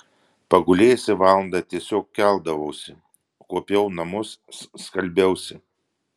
pagulėjusi valandą tiesiog keldavausi kuopiau namus skalbiausi